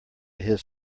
his